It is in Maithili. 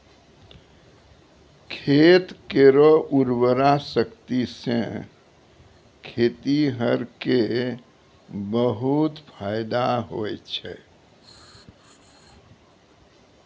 खेत केरो उर्वरा शक्ति सें खेतिहर क बहुत फैदा होय छै